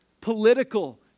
political